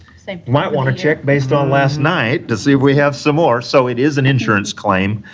so might want to check based on last night to see if we have some more, so, it is an insurance claim,